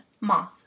moth